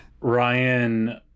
Ryan